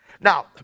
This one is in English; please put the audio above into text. Now